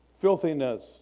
Filthiness